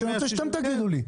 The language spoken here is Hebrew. אני רוצה שאתם תגידו לי.